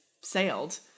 sailed